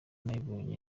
nabibonye